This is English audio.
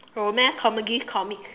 romance comedies comics